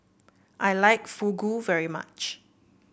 I like Fugu very much